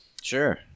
Sure